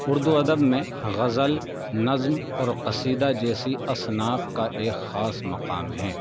اردو ادب میں غزل نظم اور قصیدہ جیسی اصناف کا ایک خاص مقام ہیں